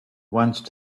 once